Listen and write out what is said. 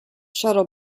shuttle